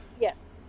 Yes